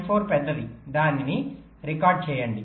4 పెద్దది దానిని రికార్డ్ చేయండి